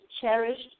cherished